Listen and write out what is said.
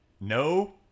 no